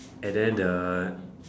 and then the